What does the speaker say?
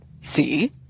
See